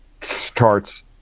charts